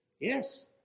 Yes